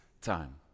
time